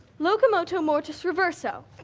locomoto mortis reverso.